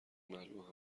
معلومه